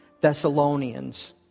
Thessalonians